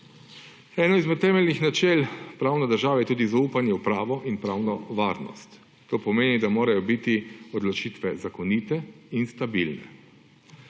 Eno izmed temeljnih načel pravne države je tudi zaupanje v pravo in pravno varnost. To pomeni, da morajo biti odločitve zakonite in stabilne.